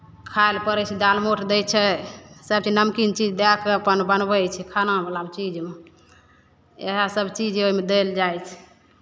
खाइ लए पड़ै छै दालमोठ दै छै सभचीज नमकीन चीज दए कऽ अपन बनबै छै खानावलामे चीजमे इएह सभचीज ओहिमे देल जाइ छै